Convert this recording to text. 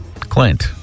Clint